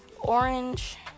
orange